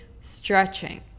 stretching